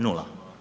Nula.